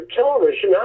television